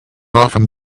often